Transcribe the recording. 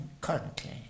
currently